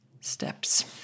steps